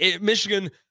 Michigan